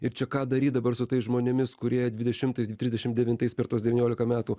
ir čia ką daryt dabar su tais žmonėmis kurie dvidešimtais trisdešim devintais per tuos devyniolika metų